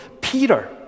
Peter